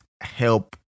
help